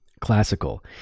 classical